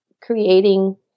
creating